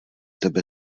tebe